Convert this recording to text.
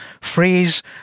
phrase